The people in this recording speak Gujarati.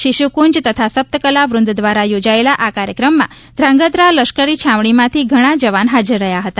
શિશુકુંજ તથા સપ્તકલાવ્રંદ દ્વારા યોજાયેલા આ કાર્યક્રમમાં ધ્રાંગધ્રા લશ્કરી છાવણીમાંથી ઘણા જવાન હાજર રહ્યા હતા